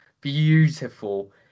beautiful